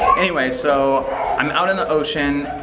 anyway, so i'm out in the ocean.